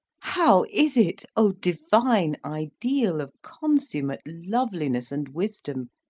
how is it, o divine ideal of consummate loveliness and wisdom,